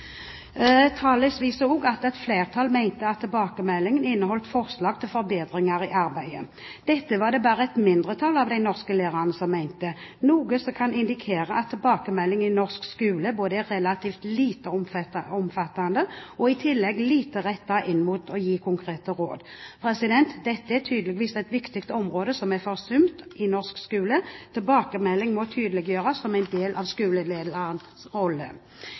viser også at et flertall mente at tilbakemeldingen inneholdt forslag til forbedringer i arbeidet. Dette var det bare et mindretall av de norske lærerne som mente, noe som kan indikere at tilbakemelding i norsk skole både er relativt lite omfattende og i tillegg lite rettet inn mot å gi konkrete råd. Dette er et viktig område som tydeligvis er forsømt i norsk skole. Tilbakemelding må tydeliggjøres som en del av